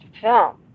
film